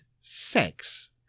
sex